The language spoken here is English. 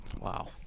wow